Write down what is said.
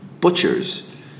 butchers